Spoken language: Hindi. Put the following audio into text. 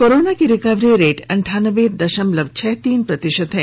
कोरोना की रिकवरी रेट अनठानबे दशमलव छह तीन प्रतिशत हैं